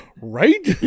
right